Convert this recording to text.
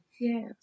Yes